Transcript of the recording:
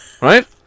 right